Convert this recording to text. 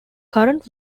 current